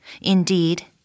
Indeed